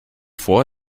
vor